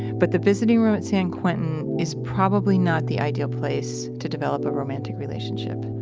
but the visiting room at san quentin is probably not the ideal place to develop a romantic relationship